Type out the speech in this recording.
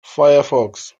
firefox